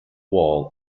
wall